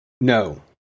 No